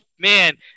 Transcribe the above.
Man